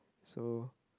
so